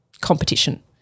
competition